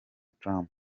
trump